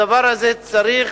הדבר הזה צריך